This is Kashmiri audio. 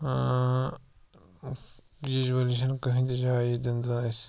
ٲں یوٗجؤلی چھَنہٕ کٕہٲنۍ تہِ جاے ییٚتیٚن زَن اسہِ